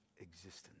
existence